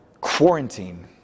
quarantine